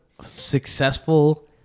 successful